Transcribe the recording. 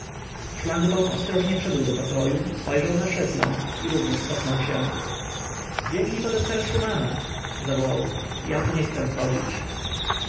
szlangbaum ostrożnie wszedł do pokoju spojrzał na szesląg i również cofnął się biegnij po doktora szumana zawołał ja tu nie chcę wchodzić